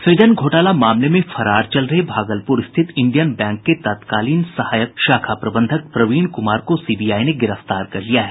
सूजन घोटाला मामले में फरार चल रहे भागलपुर स्थित इंडियन बैंक के तत्कालीन सहायक शाखा प्रबंधक प्रवीण कुमार को सीबीआई ने गिरफ्तार कर लिया है